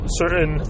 certain